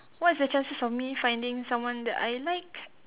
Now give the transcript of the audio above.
what's the chances of finding someone that I like